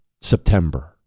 September